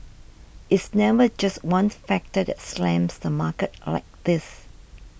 it's never just one factor that slams the market like this